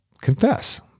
confess